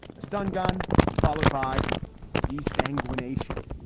a stun gun followed by d sanguine asian